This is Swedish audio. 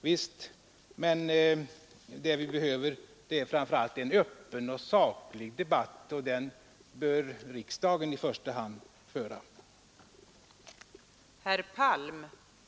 Visst kan man göra det men vad vi framför allt behöver är en öppen debatt och den bör riksdagen i första hand föra.